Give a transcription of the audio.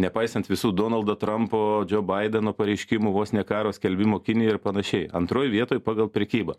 nepaisant visų donaldo trumpo džo baideno pareiškimų vos ne karo skelbimo kinijai ir panašiai antroj vietoj pagal prekybą